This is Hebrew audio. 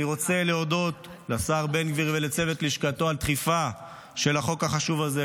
אני רוצה להודות לשר בן גביר ולצוות לשכתו על דחיפה של החוק החשוב הזה,